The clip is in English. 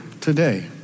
today